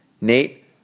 Nate